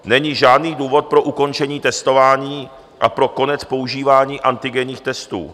Není žádný důvod pro ukončení testování a pro konec používání antigenních testů.